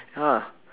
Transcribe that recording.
!huh!